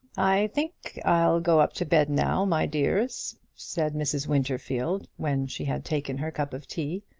i think i'll go up to bed now, my dears, said mrs. winterfield, when she had taken her cup of tea.